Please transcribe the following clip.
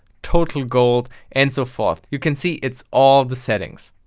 totalgold, and so forth. you can see it's all the settings.